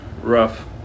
Rough